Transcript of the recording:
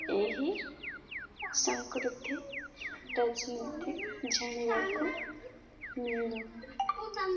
ଏହି ସଂସ୍କୃତି ରୀତିନୀତି ଜାଣିବାକୁ ମିିଲେ